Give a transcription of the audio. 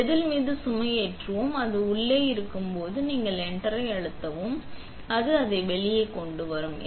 நாம் செதில் மீது சுமை ஏற்றுவோம் அது உள்ளே இருக்கும் போது நீங்கள் என்டர் ஐ அழுத்தவும் அது அதைக் கொண்டு வரும்